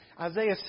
Isaiah